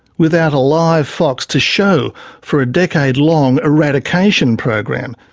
without a live fox to show for a decade-long eradication program,